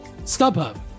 StubHub